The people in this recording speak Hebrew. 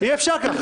איפה המיזוג?